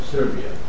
Serbia